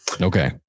Okay